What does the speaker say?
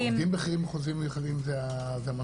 עובדים בכירים עם חוזים מיוחדים זה המנכ"לים.